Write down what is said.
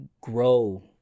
grow